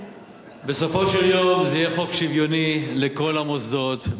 בסופו של דבר זה יהיה חוק שוויוני לכל המוסדות,